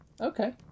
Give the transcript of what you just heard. Okay